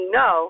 no